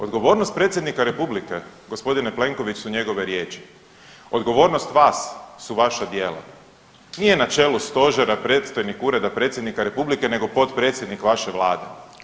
Odgovornost predsjednika republike gospodine Plenković su njegove riječi, odgovornost vas su vaša djela, nije na čelu stožera predstojnik ureda predsjednika republike nego potpredsjednik vaše vlade.